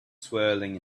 swirling